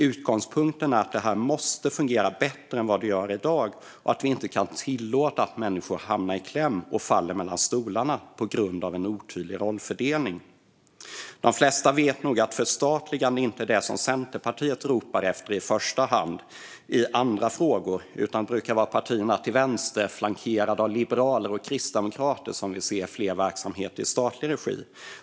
Utgångspunkten är att detta måste fungera bättre än i dag och att vi inte kan tillåta att människor hamnar i kläm och faller mellan stolarna på grund av en otydlig rollfördelning. De flesta vet nog att förstatligande inte är det som Centerpartiet i första hand ropar efter i andra frågor, utan det brukar vara partierna till vänster, flankerade av liberaler och kristdemokrater, som vill se fler verksamheter i statlig regi.